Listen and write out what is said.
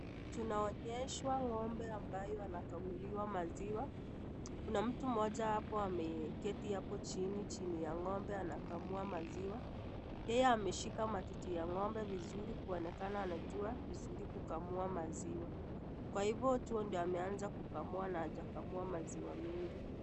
Tunaonyeshwa ng'ombe ambayo anakamuliwa maziwa. Kuna mtu mmoja hapo ameketi hapo chini ya ng'ombe anakamua maziwa. Yeye ameshika matiti ya ng'ombe vizuri kuonekana anajua vizuri kukamua maziwa kwa hivyo tu ndo ameanza kukamua na hajakamua maziwa mingi.